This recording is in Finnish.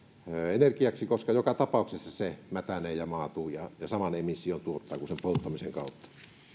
energiaksi koska joka tapauksessa se mätänee ja maatuu ja ja saman emission tuottaa kuin sen polttamisen kautta